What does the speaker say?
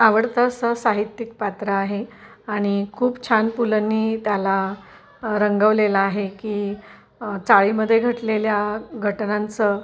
आवडतं असं साहित्यिक पात्र आहे आणि खूप छान पुलंंनी त्याला रंगवलेला आहे की चाळीमध्ये घडलेल्या घटनांचं